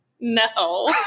No